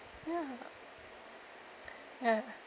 ya ya